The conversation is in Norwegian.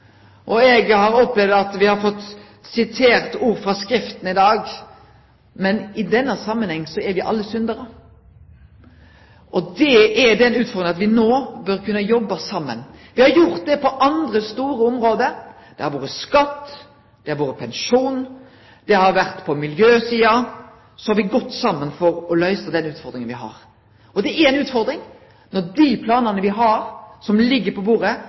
saman. Eg har opplevd at me har fått sitert ord frå Skrifta i dag. Men i denne samanhengen er me alle syndarar. Utfordringa er at vi no bør kunne jobbe saman. Me har gjort det på andre, store område. Det har me gjort i samband med skatt, pensjon og på miljøsida. Da har me gått saman for å løyse dei utfordringane me har hatt. Det er ei utfordring når dei planane me har, som ligg på bordet,